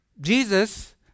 Jesus